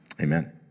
amen